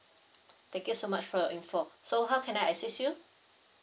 thank you so much for your info so how can I assist you